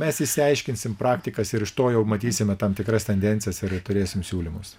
mes išsiaiškinsim praktikas ir iš to jau matysime tam tikras tendencijas ir turėsim siūlymus